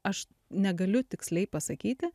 aš negaliu tiksliai pasakyti